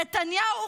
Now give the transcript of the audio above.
נתניהו,